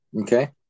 Okay